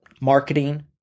marketing